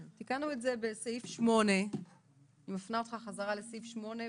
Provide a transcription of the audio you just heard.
תיקנו את זה בסעיף 8. אני מפנה אותך חזרה לסעיף 8(ב),